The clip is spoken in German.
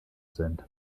sind